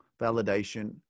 validation